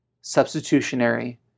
substitutionary